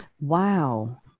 Wow